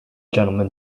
gentlemen